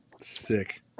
Sick